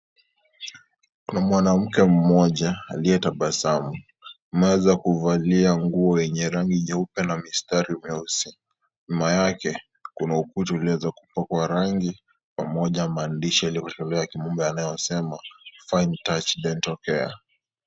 Kuna mwanamke mmoja, aliyetabasamu. Ameeza kuvalia nguo yenye rangi nyeupe na visitari vieusi. Nyuma yake, kuna ukuta ulioweza kupakwa rangi pamoja mandishi yaliyo katika lugha ya kimombo, yanayosema, fine tough dental care .